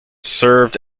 served